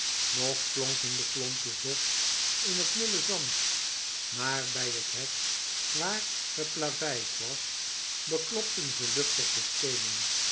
nog klonken de klompjes dof in t mulle zand maar bij t hek waar geplaveid was beklopten ze luchtig de steenen